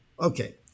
okay